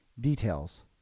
details